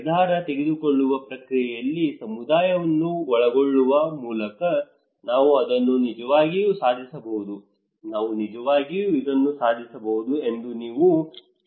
ನಿರ್ಧಾರ ತೆಗೆದುಕೊಳ್ಳುವ ಪ್ರಕ್ರಿಯೆಯಲ್ಲಿ ಸಮುದಾಯವನ್ನು ಒಳಗೊಳ್ಳುವ ಮೂಲಕ ನಾವು ಅದನ್ನು ನಿಜವಾಗಿಯೂ ಸಾಧಿಸಬಹುದು ನಾವು ನಿಜವಾಗಿಯೂ ಇದನ್ನು ಸಾಧಿಸಬಹುದು ಇದು ಇನ್ನೂ ತಿಳಿದಿಲ್ಲ